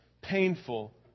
painful